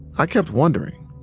i kept wondering,